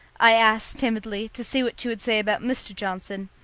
i asked timidly to see what she would say about mr. johnson,